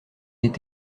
est